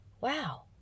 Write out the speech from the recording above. wow